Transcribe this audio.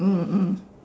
mm mm